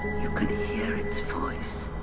you can hear its voice.